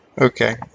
Okay